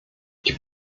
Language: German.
ich